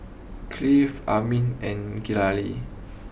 Cliff Aimee and Galilea